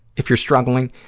if you're struggling,